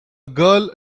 girl